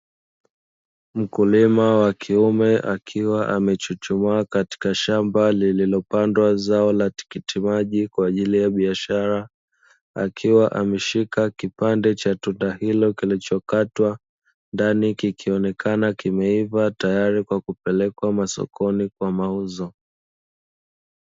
Mkulima wa kiume akiwa amechuchumaa katika shamba lililopandwa zao la tikiti maji kwa ajili ya biashara, akiwa ameshika kipande cha tunda hilo kilichokatwa ndani kikionekana kimeiva tayari kwa kupelekwa sokoni kwa mauzo.